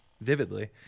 vividly